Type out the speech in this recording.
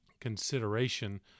consideration